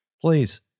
Please